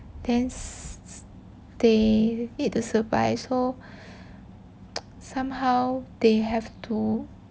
thens they need to survive so somehow they have to